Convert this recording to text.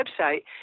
website